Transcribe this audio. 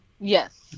Yes